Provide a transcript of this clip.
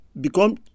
become